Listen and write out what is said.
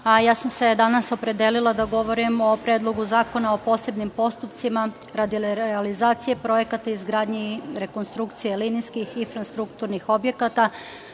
ja sam se danas opredelila da govorim o Predlogu zakona o posebnim postupcima radi realizacije projekata izgradnje i rekonstrukcije linijskih infrastrukturnih objekata